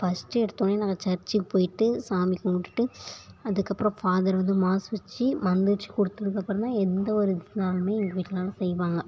first எடுத்தோனயே நாங்கள் சர்ச்சுக்கு போயிட்டு சாமி கும்பிட்டுட்டு அதுக்கப்புறோம் ஃபாதர் வந்து மாஸ் வச்சி மந்திரிச்சு கொடுத்ததுக்கப்பறந்தான் எந்த ஒரு இதுனாலும் எங்கள் வீட்லெலாம் செய்வாங்க